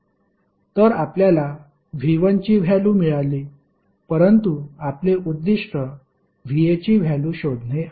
तर आपल्याला V1 ची व्हॅल्यु मिळाली परंतु आपले उद्दिष्ट VA ची व्हॅल्यु शोधणे आहे